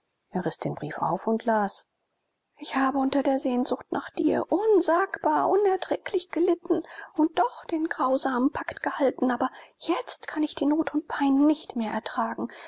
er riß den brief auf und las ich habe unter der sehnsucht nach dir unsagbar unerträglich gelitten und doch den grausamen pakt gehalten aber jetzt kann ich die not und pein nicht mehr ertragen